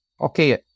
Okay